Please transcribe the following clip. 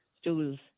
stools